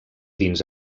dins